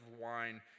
wine